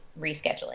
rescheduling